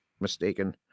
mistaken